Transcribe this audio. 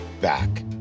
back